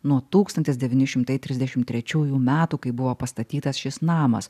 nuo tūktsantis devyni šimtai trisdešim trečiųjų metų kai buvo pastatytas šis namas